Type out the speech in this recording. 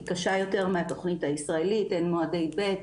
היא קשה יותר מהתכנית הישראלית, אין מועדי ב',